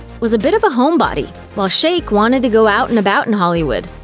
was a bit of a homebody, while shayk wanted to go out and about in hollywood.